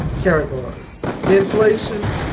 karatbars inflation,